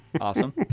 Awesome